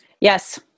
Yes